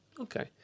okay